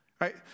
right